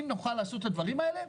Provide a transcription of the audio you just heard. אם נוכל לעשות את הדברים האלה,